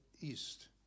East